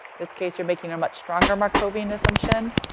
this case you're making a much stronger markovian assumption.